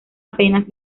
apenas